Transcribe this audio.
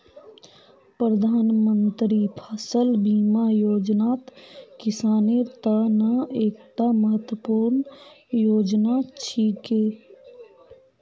प्रधानमंत्री फसल बीमा योजनात किसानेर त न एकता महत्वपूर्ण योजना छिके